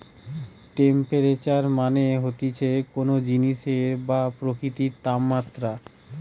temperature মানে হতিছে কোন জিনিসের বা প্রকৃতির তাপমাত্রা